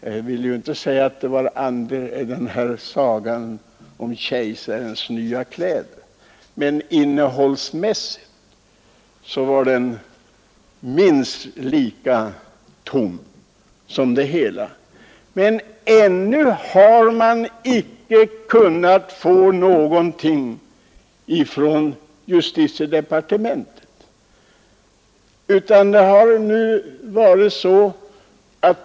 Jag vill inte säga att det liknade sagan om Kejsarens nya kläder, men innehållet i utlåtandet var helt obefintligt. Jag har som sagt ännu inte kunnat få något besked i det ärendet från justitiedepartementet.